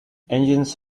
engines